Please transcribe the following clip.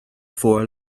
for